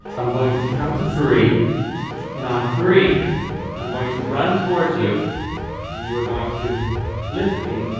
i'm going to count to three and on three i'm going to run towards you and you are going to lift me